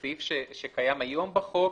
בסעיף שקיים היום בחוק,